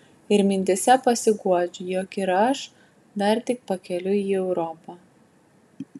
ir mintyse pasiguodžiu jog ir aš dar tik pakeliui į europą